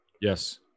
Yes